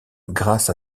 grâce